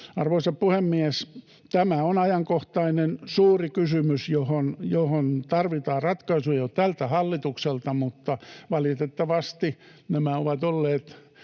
Arvoisa puhemies! Tämä on ajankohtainen suuri kysymys, johon tarvitaan ratkaisu jo tältä hallitukselta, mutta valitettavasti nämä herrojen